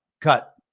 cut-